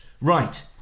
Right